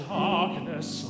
darkness